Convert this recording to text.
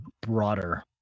broader